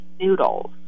noodles